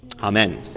Amen